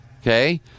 Okay